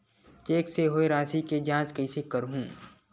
Cheque से होए राशि के जांच कइसे करहु?